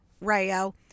Rayo